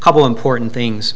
couple important things